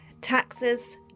taxes